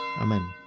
Amen